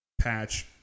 patch